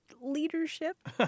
leadership